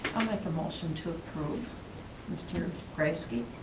i'll make a motion to approve mr gryske,